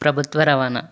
ప్రభుత్వ ర వాణా